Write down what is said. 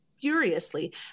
furiously